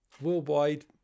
worldwide